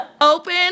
Open